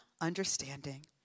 understanding